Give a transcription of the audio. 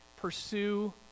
pursue